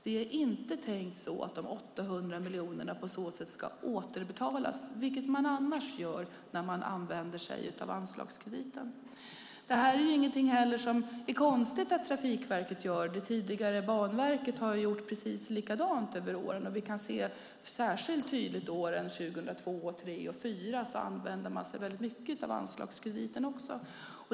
Det är inte tänkt så att de 800 miljonerna på så sätt ska återbetalas, vilket man annars gör när man använder sig av anslagskrediter. Detta är det inget konstigt att Trafikverket gör; det tidigare Banverket har gjort precis likadant över åren. Vi kan särskilt tydligt se att man åren 2002-2004 använde sig väldigt mycket av anslagskrediten.